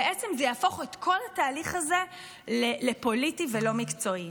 בעצם זה יהפוך את כל התהליך הזה לפוליטי ולא מקצועי.